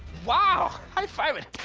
wow. high-five it.